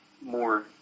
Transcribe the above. more